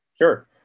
Sure